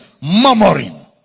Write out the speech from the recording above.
murmuring